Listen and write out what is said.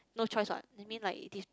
no choice what I mean like this